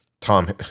Tom